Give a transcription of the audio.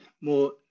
more